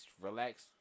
relax